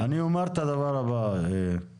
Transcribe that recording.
אני אומר את הדבר הבא לכולם,